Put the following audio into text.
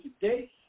today